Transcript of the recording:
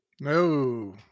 No